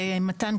מתן,